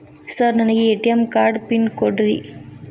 Sir ನನಗೆ ATM card PIN ಕೊಡ್ರಿ?